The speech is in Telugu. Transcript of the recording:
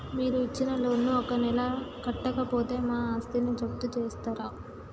మీరు ఇచ్చిన లోన్ ను ఒక నెల కట్టకపోతే మా ఆస్తిని జప్తు చేస్తరా?